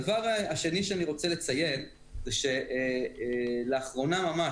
הדבר השני שאני רוצה לציין הוא שלאחרונה ממש